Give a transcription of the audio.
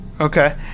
okay